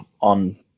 on